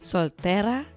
Soltera